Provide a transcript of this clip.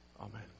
Amen